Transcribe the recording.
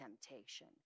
temptation